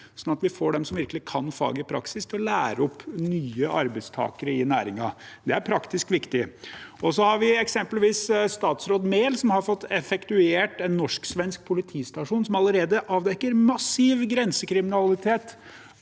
slik at vi får dem som virkelig kan faget i praksis, til å lære opp nye arbeidstakere i næringen. Det er praktisk viktig. Så har vi eksempelvis statsråd Mehl, som har fått effektuert en norsk-svensk politistasjon som allerede avdekker massiv grensekriminalitet